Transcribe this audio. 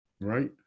right